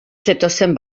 zetozen